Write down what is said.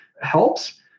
helps